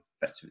better